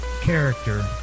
character